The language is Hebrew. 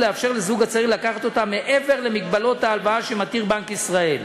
ולאפשר לזוג הצעיר לקחת אותה מעבר למגבלות ההלוואה שמתיר בנק ישראל.